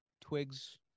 twigs